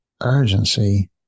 urgency